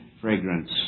fragrance